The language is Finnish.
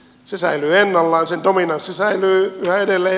se säilyy ennallaan sen dominanssi säilyy yhä edelleen